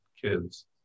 kids